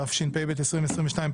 התשפ"ב-2022,